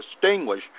distinguish